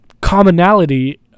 commonality